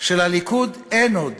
שלליכוד אין עוד